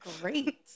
great